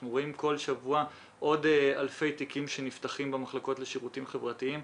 אנחנו רואים כל שבוע עוד אלפי תיקים שנפתחים במחלקות לשירותים חברתיים.